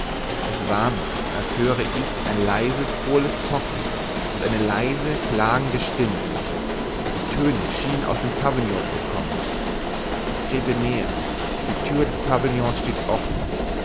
es war mir als höre ich ein leises hohles pochen und eine leise klagende stimme die töne schienen aus dem pavillon zu kommen ich trete näher die tür des pavillons steht offen